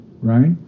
Right